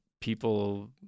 people